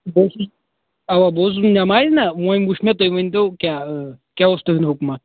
بہٕ اوسُس اَوا بہٕ اوسُس نیٚمازِ نا وُنۍ وُچھ مےٚ تُہۍ ؤنۍتو کیٛاہ کیٛاہ اوس تُہُنٛد حُکماہ